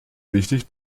wichtig